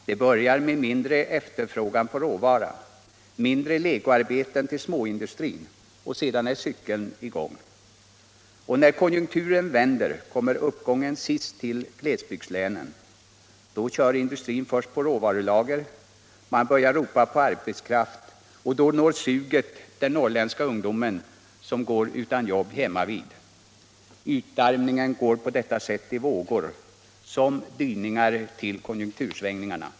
Det börjar med mindre efterfrågan på råvara, mindre legoarbeten till småindustrin, och sedan är cykeln i gång. Och när konjunkturer vänder kommer uppgången sist till glesbygdslänen. Då kör industrin först på råvarulager, man börjar ropa på arbetskraft och då når suget den norrländska ungdomen som går utan jobb hemmavid. Utarmningen går på detta sätt i vågor, som dyningar till konjunktursvängningarna.